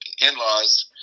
in-laws